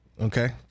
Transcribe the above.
okay